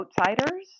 outsiders